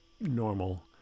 normal